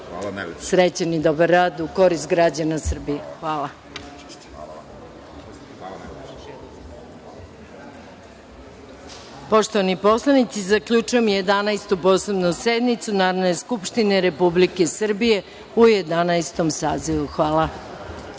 srećan i dobar rad u korist građana Srbije. Hvala. Poštovani poslanici, zaključujem Jedanaestu posebnu sednicu Narodne skupštine Republike Srbije u Jedanaestom sazivu. Hvala.